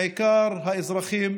בעיקר האזרחים